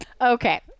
Okay